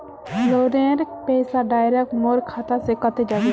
लोनेर पैसा डायरक मोर खाता से कते जाबे?